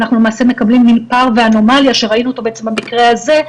אנחנו למעשה מקבלים מן פער ואנומליה שראינו אותו במקרה הזה,